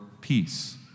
peace